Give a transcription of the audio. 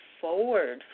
forward